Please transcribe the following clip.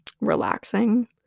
relaxing